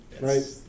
right